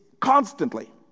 constantly